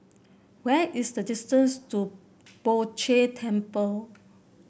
where is the distance to Poh Jay Temple